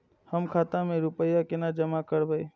हम खाता में रूपया केना जमा करबे?